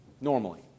normally